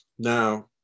Now